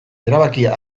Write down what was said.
erabakia